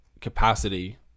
capacity